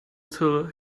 till